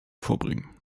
vorbringen